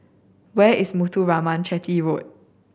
where is Muthuraman Chetty Road